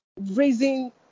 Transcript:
raising